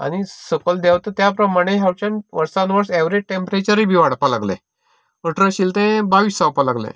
आनी सकयल देंवता त्या प्रमाणें हांगच्यान वर्सान वर्स एवरेज टेंपरेचरय बी वाडपाक लागले अठरा आशिल्ले ते बावीस जावपाक लागले